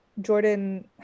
Jordan